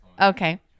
Okay